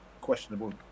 Questionable